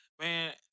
man